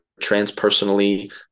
transpersonally